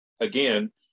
again